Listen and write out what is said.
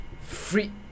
free